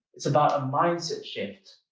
it's about a mindset shift.